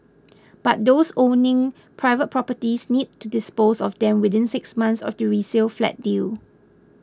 but those owning private properties need to dispose of them within six months of the resale flat deal